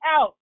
out